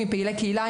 עם פעילי קהילה,